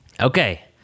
Okay